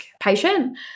patient